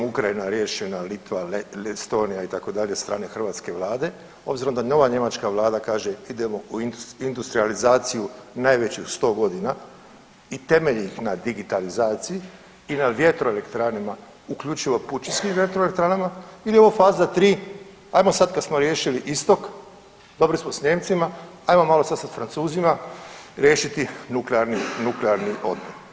Ukrajina riješena, Litva, Estonija itd., od strane hrvatske vlade obzirom da nova njemačka vlada kaže idemo u industrijalizaciju najveću u 100 godina i temelji ih na digitalizaciji i na vjetroelektranama uključivo …/nerazumljivo/… vjetroelektranama i je ovo faza 3 ajmo sad kad smo riješili istok, dobri smo s Nijemcima, ajmo malo sad s Francuzima riješiti nuklearni, nuklearni otpad.